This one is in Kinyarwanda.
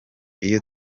iyo